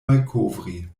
malkovri